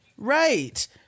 right